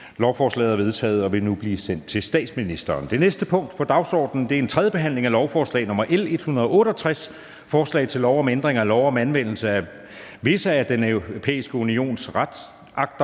Lovforslaget er vedtaget og vil nu blive sendt til statsministeren. --- Det næste punkt på dagsordenen er: 33) 3. behandling af lovforslag nr. L 183: Forslag til lov om ændring af lov om kuldioxidafgift af visse energiprodukter,